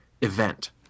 event